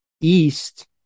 east